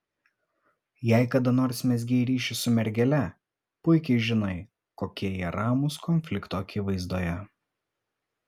jei kada nors mezgei ryšį su mergele puikiai žinai kokie jie ramūs konflikto akivaizdoje